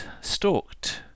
stalked